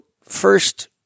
first